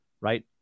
Right